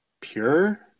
pure